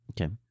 Okay